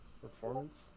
Performance